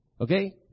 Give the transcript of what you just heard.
Okay